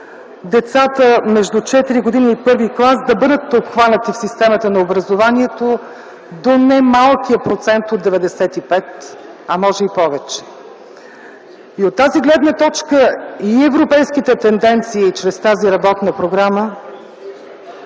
децата между 4 години и първи клас да бъдат обхванати в системата на образованието до немалкия процент от 95, а може и повече. От тази гледна точка и европейските тенденции чрез тази работна програма,